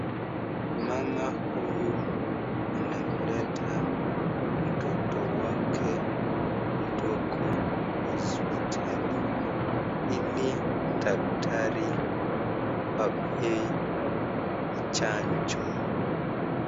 Mama huyu amemleta mtoto wake mdogo hospitali ili daktari ampe chanjo.